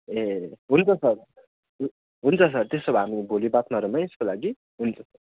ए हुन्छ सर हु हुन्छ सर त्यसो भए हामी भोलि बात मारौँ है यसको लागि हुन्छ सर